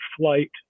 flight